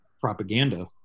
propaganda